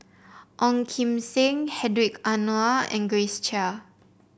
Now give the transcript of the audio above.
Ong Kim Seng Hedwig Anuar and Grace Chia